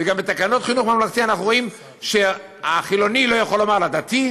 וגם בתקנות חינוך ממלכתי אנחנו רואים שחילוני לא יכול לומר לדתי,